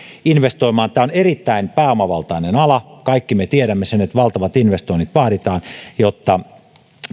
investoimaan tämä on erittäin pääomavaltainen ala kaikki me tiedämme sen että valtavat investoinnit vaaditaan jotta